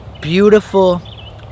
beautiful